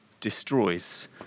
destroys